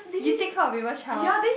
you take care of people child